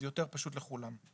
זה יותר פשוט לכולם.